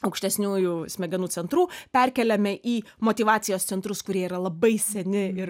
aukštesniųjų smegenų centrų perkeliame į motyvacijos centrus kurie yra labai seni ir